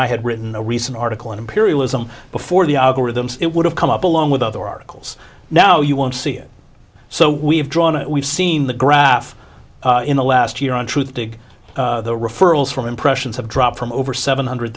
i had written a recent article on imperialism before the algorithms it would have come up along with other articles now you won't see it so we've drawn it we've seen the graph in the last year on truthdig the referrals from impressions have dropped from over seven hundred